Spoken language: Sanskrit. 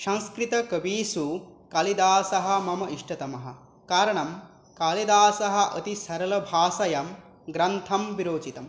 संस्कृतकविषु कालिदासः मम इष्टतमः कारणं कालिदासः अति सरलभाषायां ग्रन्थं विरचितं